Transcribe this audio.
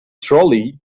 trolley